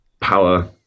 power